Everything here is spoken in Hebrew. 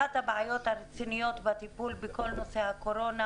אחת הבעיות הרציניות והטיפול בכל נושא הקורונה